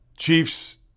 Chiefs